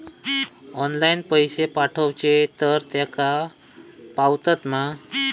Online पैसे पाठवचे तर तेका पावतत मा?